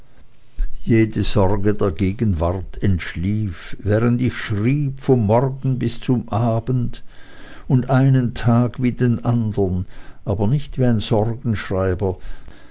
jede sorge der gegenwart entschlief während ich schrieb vom morgen bis zum abend und einen tag wie den andern aber nicht wie ein